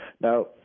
Now